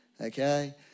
okay